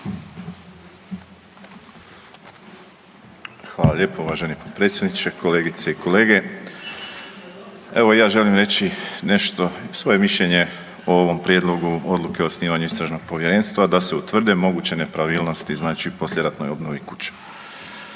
Hvala lijepo. Uvaženi potpredsjedniče, kolegice i kolege. Evo i ja želim reći nešto svoje mišljenje o ovom prijedlogu odluke o osnivanju istražnog povjerenstva da se utvrde moguće nepravilnosti u poslijeratnoj obnovi kuća.